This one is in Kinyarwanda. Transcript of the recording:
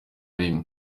rimwe